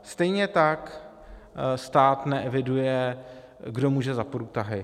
Stejně tak stát neeviduje, kdo může za průtahy.